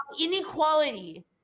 Inequality